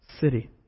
city